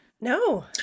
No